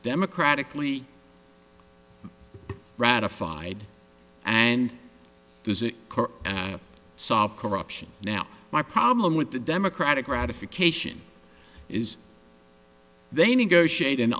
democratically ratified and does it stop corruption now my problem with the democratic ratification is they negotiate an